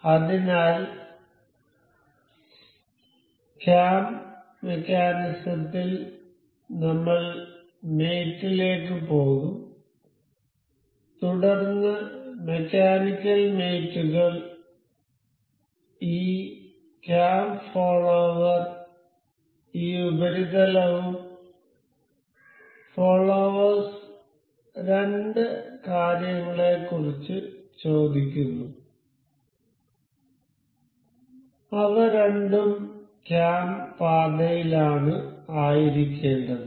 അതിനാൽ ക്യാം മെക്കാനിസത്തിൽ നമ്മൾ മേറ്റ് ലേക്ക് പോകും തുടർന്ന് മെക്കാനിക്കൽ മേറ്റ് കൾ ഈ ക്യാം ഫോളോവർ ഈ ഉപരിതലവും ഫോള്ളോവെർസ് രണ്ട് കാര്യങ്ങളെക്കുറിച്ച് ചോദിക്കുന്നു അവ രണ്ടും ക്യാം പാതയിലാണ് ആയിരിക്കേണ്ടത്